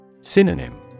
Synonym